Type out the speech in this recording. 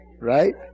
right